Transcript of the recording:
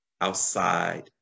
outside